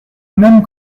même